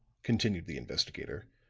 continued the investigator,